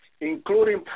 including